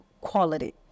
quality